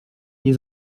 nie